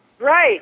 Right